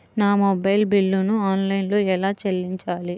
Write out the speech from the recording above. నా మొబైల్ బిల్లును ఆన్లైన్లో ఎలా చెల్లించాలి?